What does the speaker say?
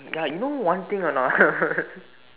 ya you know one thing or not